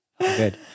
Good